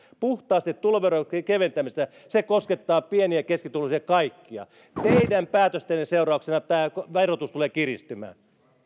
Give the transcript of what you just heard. puhtaasti tuloverotuksen keventämisestä se koskettaa pieni ja keskituloisia kaikkia teidän päätöstenne seurauksena tämä verotus tulee kiristymään